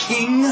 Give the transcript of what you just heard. King